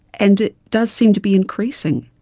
and it does seem to be increasing.